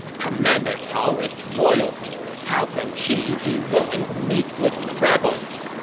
commander cao is royalty. how can he be willing to meet with rebels!